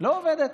לא עובדת,